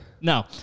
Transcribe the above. No